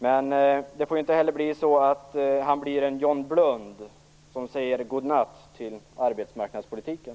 Men det får inte heller bli så att han blir en John Blund som säger god natt till arbetsmarknadspolitiken.